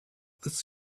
this